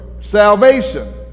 salvation